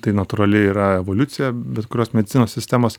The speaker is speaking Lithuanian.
tai natūrali yra evoliucija bet kurios medicinos sistemos